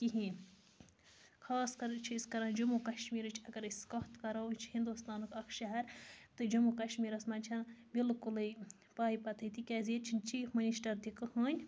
کِہیٖنۍ خاص کر چھِ أسۍ کران جموں کَشمیٖرٕچ اگر أسۍ کَتھ کَرَو یہِ چھِ ہِنٛدوستانُک اَکھ شہر تہٕ جمون کَشمیٖرَس منٛز چھِنہٕ بِلکُلٕے پاے پَتٕہٕے تِکیٛازِ ییٚتہِ چھِنہٕ چیٖف مٔنِشٹَر تہِ کٔہٕنۍ